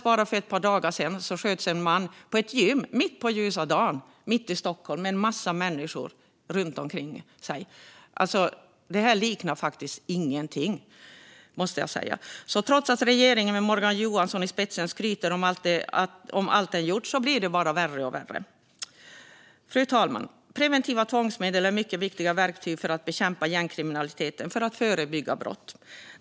Bara för ett par dagar sedan sköts en person på ett gym med en massa människor runt omkring, mitt på ljusa dagen, mitt i Stockholm. Det här liknar faktiskt ingenting! Trots att regeringen med Morgan Johansson i spetsen skryter om allt den gjort blir det bara värre och värre. Fru talman! Preventiva tvångsmedel är mycket viktiga verktyg för att bekämpa gängkriminaliteten och för att förebygga och förhindra brott.